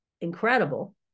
incredible